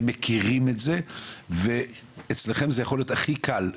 הם מכירים את זה ואצלכם זה יכול להיות הכי קל,